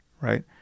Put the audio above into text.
right